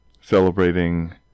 celebrating